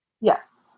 Yes